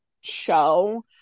show